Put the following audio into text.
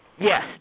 Yes